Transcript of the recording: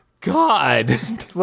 God